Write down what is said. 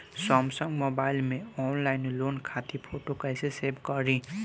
Samsung mobile में online loan खातिर photo कैसे सेभ करीं?